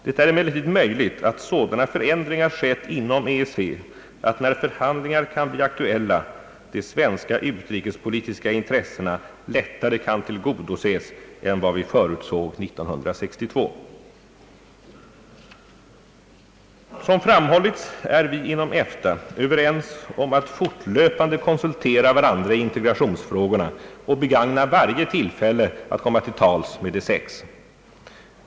Det är emellertid möjligt att sådana förändringar skett inom EEC att när förhandlingar kan bli aktuella de svenska utrikespolitiska intressena lättare kan tillgodoses än vad vi förutsåg 1962. Som framhållits är vi inom EFTA överens om att fortlöpande konsultera varandra i integrationsfrågorna och begagna varje tillfälle att komma till tals med De sex.